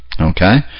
Okay